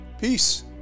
Peace